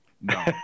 No